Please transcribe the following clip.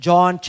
John